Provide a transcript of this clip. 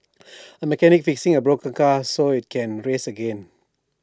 A mechanic fixing A broken car so IT can race again